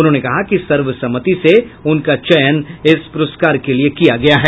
उन्होंने कहा कि सर्वसम्मति से उनका चयन इस पुरस्कार के लिए किया गया है